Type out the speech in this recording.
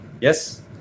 Yes